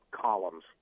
columns